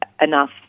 enough